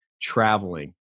traveling